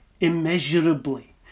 immeasurably